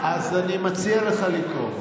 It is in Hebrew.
זה, אז אני מציע לך לקרוא.